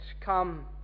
Come